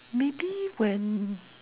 maybe when